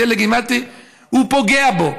הוא פוגע בו.